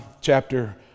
chapter